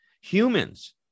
Humans